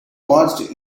watched